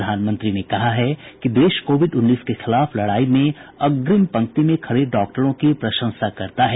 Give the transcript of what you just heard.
प्रधानमंत्री ने कहा है कि देश कोविड उन्नीस के खिलाफ लड़ाई में अग्निम पंक्ति में खड़े डॉक्टरों की प्रशंसा करता है